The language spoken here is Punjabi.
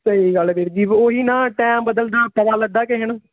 ਸਹੀ ਗੱਲ ਵੀਰ ਜੀ ਉਹੀ ਨਾ ਟਾਈਮ ਬਦਲਦਾ ਪਤਾ ਲੱਗਾ ਕਿਸੇ ਨੂੰ